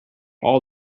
all